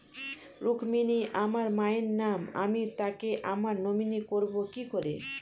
রুক্মিনী আমার মায়ের নাম আমি তাকে আমার নমিনি করবো কি করে?